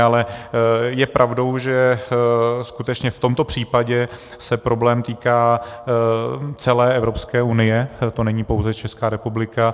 Ale je pravdou, že skutečně v tomto případě se problém týká celé Evropské unie, to není pouze Česká republika.